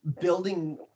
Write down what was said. building